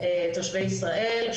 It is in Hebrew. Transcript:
תושבי ישראל,